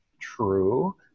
true